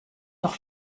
noch